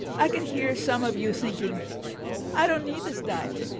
i can hear some of you thinking i don't need this diet,